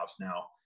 Now